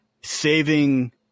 saving